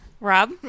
Rob